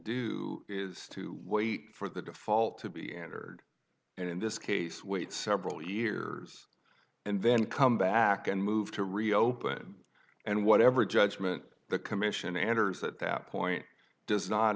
do is to wait for the default to be entered and in this case wait several years and then come back and move to reopen and whatever judgment the commission enters at that point does not